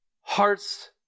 hearts